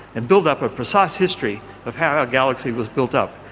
and build up a precise history of how our galaxy was built up.